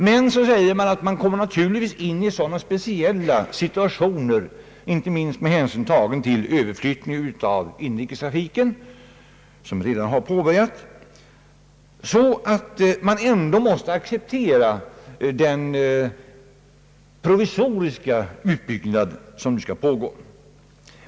Men man säger vidare att man naturligtvis kommer i sådana speciella situationer, inte minst med hänsyn till överflyttningen av inrikestrafiken som redan har påbörjats, att man ändå måste acceptera den provisoriska utbyggnad som nu skall pågå.